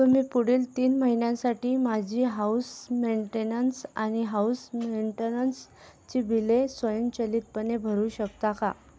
तुम्ही पुढील तीन महिन्यांसाठी माझी हाउस मेंटेनन्स आणि हाउस मेंटेनन्सची बिले स्वयंचलितपणे भरू शकता का